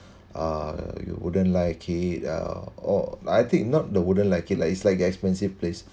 uh you wouldn't like it uh or I think not you wouldn't like it like it's like expensive place